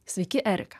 sveiki erika